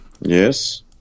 Yes